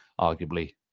arguably